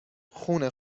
خون